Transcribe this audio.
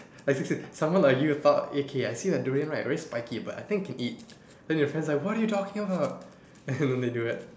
like s~ s~ someone like you though okay I see a durian right very spiky but I think can eat and your friends like what are you talking about and then they do it